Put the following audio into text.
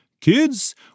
Kids